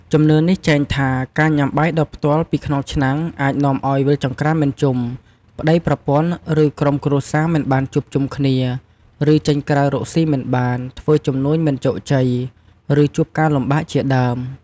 ជំនឿនេះចែងថា ការញ៉ាំបាយដោយផ្ទាល់ពីក្នុងឆ្នាំងអាចនាំឲ្យ វិលចង្ក្រានមិនជុំ ប្តីប្រពន្ធ ឬក្រុមគ្រួសារមិនបានជួបជុំគ្នា ឬ ចេញក្រៅរកស៊ីមិនបាន ធ្វើជំនួញមិនជោគជ័យ ឬជួបការលំបាកជាដើម។